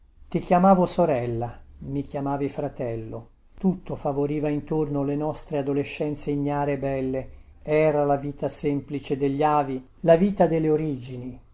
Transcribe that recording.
ti chiamavo sorella mi chiamavi fratello tutto favoriva intorno le nostre adolescenze ignare e belle era la vita semplice degli avi la vita delle origini